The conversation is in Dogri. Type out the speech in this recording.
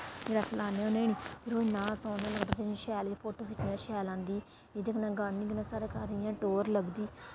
फ्हिर अस लान्ने होन्नें निं फ्हिर ओह् इन्ना सोह्ने लगदे शैल इ'यां फोटो खिच्चनें ते शैल औंदी एह्दे कन्नै गार्डनिंग कन्नै साढ़ा घर इ'यां टौह्र लभदी